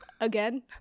again